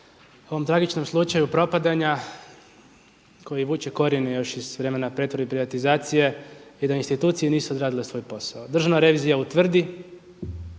u ovom tragičnom slučaju propadanja koji vuče korijene još iz vremena pretvorbe i privatizacije i da institucije nisu odradile svoj posao. Državna revizija utvrdi,